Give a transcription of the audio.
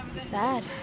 Sad